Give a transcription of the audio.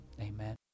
amen